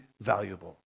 valuable